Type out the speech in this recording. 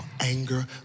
anger